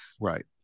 Right